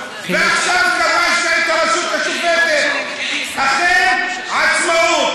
ועכשיו כבשת את הרשות השופטת, עצמאות.